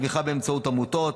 תמיכה באמצעות עמותות,